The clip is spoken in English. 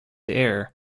air